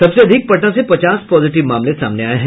सबसे अधिक पटना से पचास पॉजिटिव मामले सामने आये हैं